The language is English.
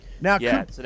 Now